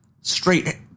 straight